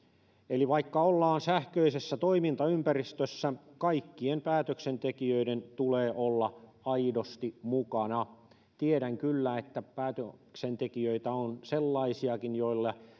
eli vaikka ollaan sähköisessä toimintaympäristössä kaikkien päätöksentekijöiden tulee olla aidosti mukana tiedän kyllä että päätöksentekijöitä on sellaisiakin joille